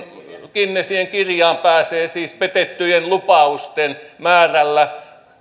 guinnessin kirjaan siis petettyjen lupausten määrällä